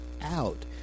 out